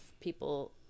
people